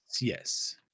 Yes